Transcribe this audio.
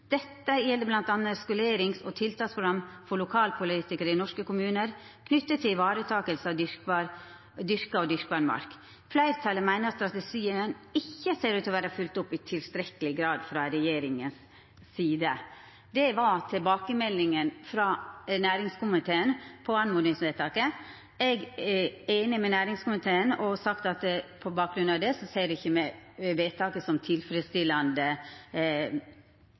Dette gjelder blant annet et skolerings- og tiltaksprogram for lokalpolitikere i norske kommuner, knyttet til ivaretakelse av dyrka og dyrkbar mark. Flertallet mener at strategien ikke ser ut til å være fulgt opp i tilstrekkelig grad fra regjeringens side.» Det var tilbakemeldinga frå næringskomiteen om oppmodingsvedtaka. Eg er einig med næringskomiteen og har sagt at på bakgrunn av det ser me ikkje vedtaka som